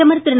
பிரதமர் திரு